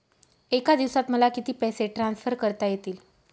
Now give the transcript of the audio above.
एका दिवसात मला किती पैसे ट्रान्सफर करता येतील?